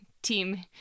team